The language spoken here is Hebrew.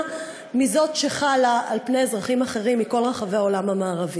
מזו שחלה על אזרחים אחרים מכל רחבי העולם המערבי.